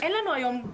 אין לנו היום,